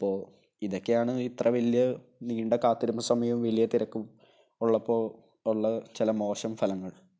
അപ്പോൾ ഇതൊക്കെയാണ് ഇത്ര വലിയ നീണ്ട കാത്തിരുന്ന സമയവും വലിയ തിരക്കും ഉള്ളപ്പോൾ ഉള്ള ചില മോശം ഫലങ്ങൾ